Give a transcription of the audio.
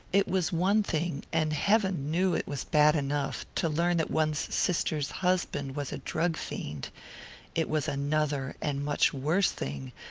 it was one thing and heaven knew it was bad enough to learn that one's sister's husband was a drug-fiend it was another, and much worse thing,